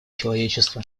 человечества